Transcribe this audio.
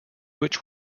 which